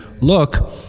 look